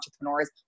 entrepreneurs